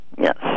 Yes